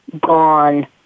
gone